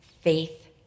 faith